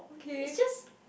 it just